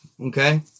okay